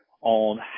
on